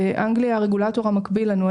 באנגליה הרגולטור המקביל לנו,